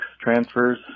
transfers